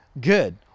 good